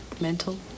mental